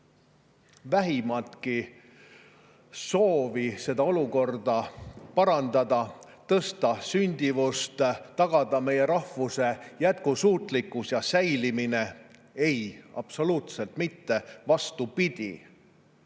vähimatki soovi seda olukorda parandada, tõsta sündimust, tagada meie rahvuse jätkusuutlikkus ja säilimine? Ei, absoluutselt mitte. Vastupidi,